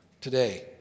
today